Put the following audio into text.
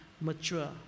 mature